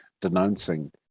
denouncing